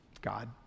God